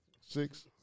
Six